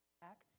back